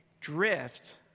drift